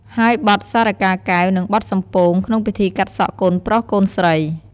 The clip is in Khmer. ហើយបទសារិកាកែវ និងបទសំពោង ក្នុងពិធីកាត់សក់កូនប្រុសកូនស្រី។